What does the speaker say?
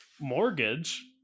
mortgage